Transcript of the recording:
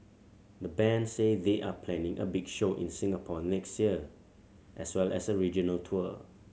the band say they are planning a big show in Singapore next year as well as a regional tour